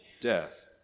death